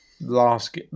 last